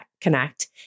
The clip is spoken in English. connect